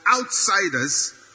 outsiders